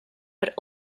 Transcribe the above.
but